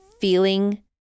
feeling